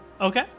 Okay